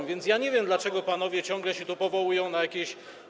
A więc ja nie wiem, dlaczego panowie ciągle się tu powołują na jakieś.